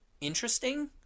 interesting